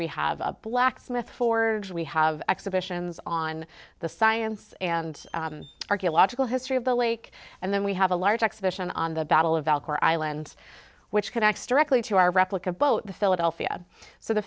we have a blacksmith forwards we have exhibitions on the science and archaeological history of the lake and then we have a large exhibition on the battle of al gore islands which connects directly to our replica boat the philadelphia so the